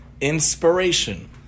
inspiration